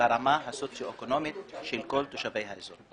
וברמה הסוציו אקונומית של כל תושבי האזור.